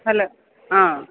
hello ആ